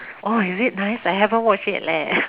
orh is it nice I haven't watch yet leh